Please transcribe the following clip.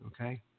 Okay